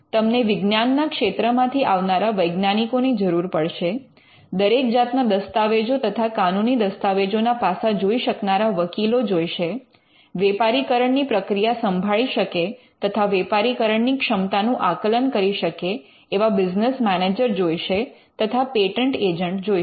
તમને વિજ્ઞાનના ક્ષેત્રમાં થી આવનારા વૈજ્ઞાનિકો ની જરૂર પડશે દરેક જાતના દસ્તાવેજો તથા કાનૂની દસ્તાવેજો ના પાસા જોઈ શકનારા વકીલો જોઈશે વેપારીકરણની પ્રક્રિયા સંભાળી શકે તથા વેપારીકરણની ક્ષમતાનું આકલન કરી શકે તેવા બિઝનેસ મેનેજર જોઈશે તથા પેટન્ટ એજન્ટ જોઈશે